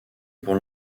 pour